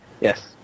Yes